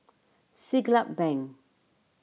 Siglap Bank